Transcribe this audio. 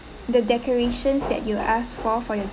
the decorations that you asked for for your